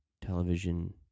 Television